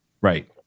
right